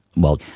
well,